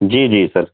جی جی سر